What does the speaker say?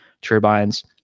turbines